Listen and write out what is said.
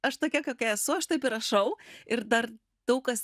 aš tokia kokia esu aš taip ir rašau ir dar daug kas